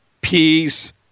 peace